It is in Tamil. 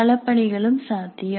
கள பணிகளும் சாத்தியம்